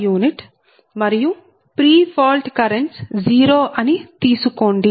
u మరియు pre fault currents అని తీసుకోండి